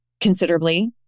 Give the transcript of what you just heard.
considerably